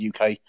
UK